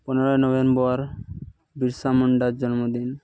ᱯᱚᱱᱮᱨᱳᱭ ᱱᱚᱵᱷᱮᱢᱵᱚᱨ ᱵᱤᱨᱥᱟ ᱢᱩᱱᱰᱟ ᱡᱚᱱᱢᱚ ᱫᱤᱱ